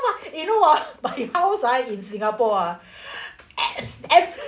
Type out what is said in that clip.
!wah! you know ah my house ah in singapore ah ev~ every